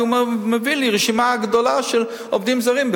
כי הוא מביא לי רשימה גדולה של עובדים זרים,